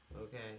Okay